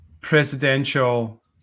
presidential